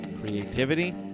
Creativity